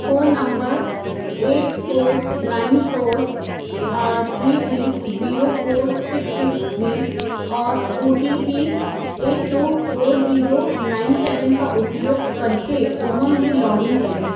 phone number eight four nine four three three zero four six six three और O T P eight two four zero nine seven का उपयोग करके उमंग में login करें